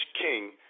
king